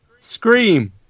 Scream